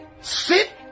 Sit